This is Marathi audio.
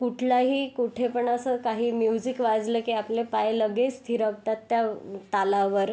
कुठलाही कुठेपण असं काही म्युझिक वाजलं की आपले पाय लगेच थिरकतात त्या तालावर